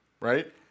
right